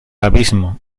abismo